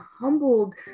humbled